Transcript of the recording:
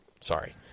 Sorry